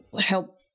help